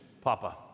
Papa